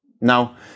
Now